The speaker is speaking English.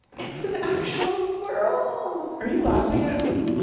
it's an actual swirl! are you laughing at me?